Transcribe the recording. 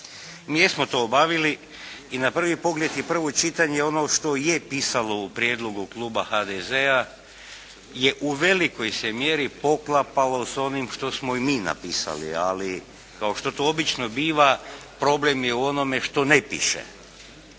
Mi jesmo to obavili i na prvi pogled i prvo čitanje ono što je pisalo u prijedlogu kluba HDZ-a je u velikoj se mjeri poklapalo s onim što smo mi napisali, ali kao što to obično biva problem je u onome što ne piše.